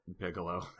Bigelow